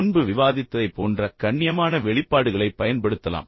முன்பு விவாதித்ததைப் போன்ற கண்ணியமான வெளிப்பாடுகளைப் பயன்படுத்தலாம்